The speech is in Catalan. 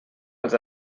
els